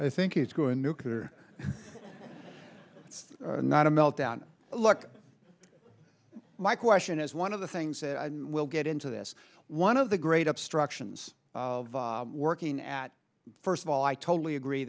i think is going nuclear not a meltdown look my question is one of the things that i will get into this one of the great obstructions working at first of all i totally agree